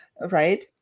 Right